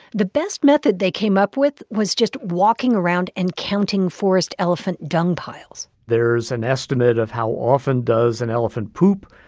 the best method they came up with was just walking around and counting forest elephant dung piles there's an estimate of how often does an elephant poop,